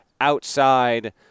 outside